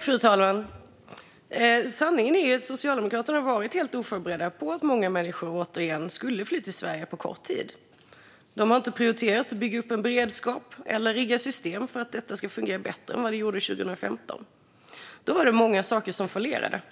Fru talman! Sanningen är att Socialdemokraterna varit helt oförberedda på att många människor återigen skulle fly till Sverige på kort tid. De har inte prioriterat att bygga upp en beredskap eller att rigga system för att detta ska fungera bättre än vad det gjorde 2015. Då var det många saker som fallerade.